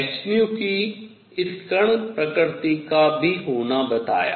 hν की इस कण प्रकृति का भी होना बताया